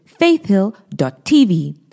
faithhill.tv